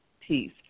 peace